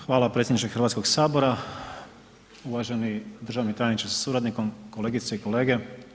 Hvala predsjedniče Hrvatskog sabora, uvaženi državni tajniče sa suradnikom, kolegice i kolege.